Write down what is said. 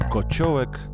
Kociołek